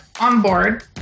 onboard